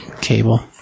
Cable